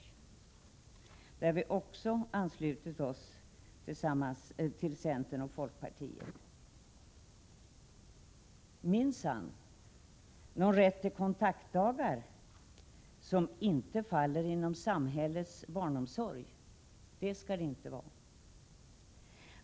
På denna punkt har vi i reservation 13 anslutit oss till centern och folkpartiet. Minsann, någon rätt till kontaktdagar som inte faller inom samhällets barnomsorg skall det inte vara!